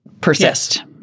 persist